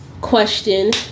question